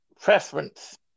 preference